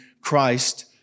Christ